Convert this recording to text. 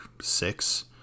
six